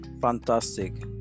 fantastic